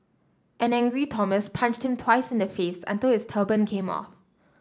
an angry Thomas punched him twice in the face until his turban came off